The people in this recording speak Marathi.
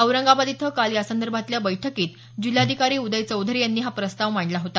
औरंगाबाद इथं काल झालेल्या यासंदर्भातल्या बैठकीत जिल्हाधिकारी उदय चौधरी यांनी हा प्रस्ताव मांडला होता